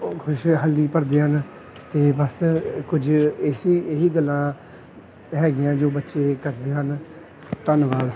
ਉਹ ਖੁਸ਼ਹਾਲੀ ਭਰਦੇ ਹਨ ਅਤੇ ਬਸ ਕੁਝ ਇਸ ਇਹੀ ਗੱਲਾਂ ਹੈਗੀਆਂ ਜੋ ਬੱਚੇ ਕਰਦੇ ਹਨ ਧੰਨਵਾਦ